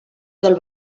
del